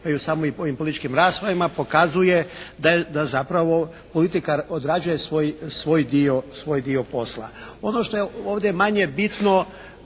pa i u samim političkim raspravama pokazuje da zapravo politika odrađuje svoj dio posla. Ono što je ovdje manje bitno